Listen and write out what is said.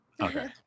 Okay